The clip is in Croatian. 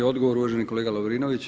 Odgovor uvaženi kolega Lovrinović.